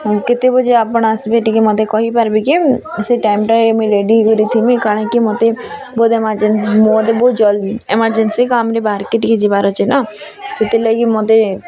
ହଉ କେତେ ବଜେ ଆପଣ ଆସ୍ବେ ଟିକେ ମୋତେ କହି ପାର୍ବେ କି ମୁଁ ସେ ଟାଇମ୍ଟା ମୁଇଁ ରେଡ଼ି ହୋଇକରି ଥିବି କାଣା କି ମୋତେ ମୋତେ ବହୁତ୍ ଏମର୍ଜେନ୍ସି କାମ୍ରେ ବାହାର୍କେ ଟିକେ ଯିବାର୍ ଅଛି ତ ସେଥିର୍ ଲାଗି ମୋତେ